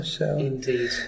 Indeed